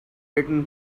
written